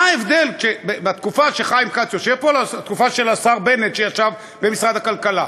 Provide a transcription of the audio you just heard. מה ההבדל בתקופה שחיים כץ יושב פה לתקופה של השר בנט במשרד הכלכלה?